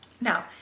Now